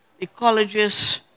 ecologists